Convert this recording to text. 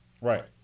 Right